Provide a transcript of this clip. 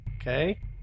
Okay